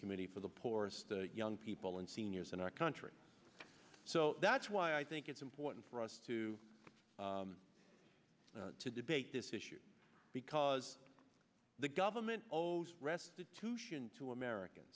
committee for the poorest young people and seniors in our country so that's why i think it's important for us too to debate this issue because the government owes restitution to americans